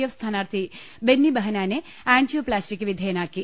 F സ്ഥാനാർത്ഥി ബെന്നി ബെഹനാനെ ആൻജി യോപ്ലാസ്റ്റിക്ക് വിധേയനാക്കി